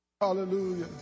Hallelujah